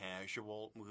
casual